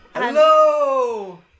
Hello